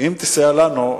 אם תסייע לנו,